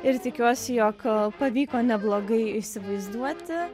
ir tikiuosi jog pavyko neblogai įsivaizduoti